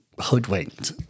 hoodwinked